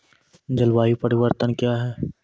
जलवायु परिवर्तन कया हैं?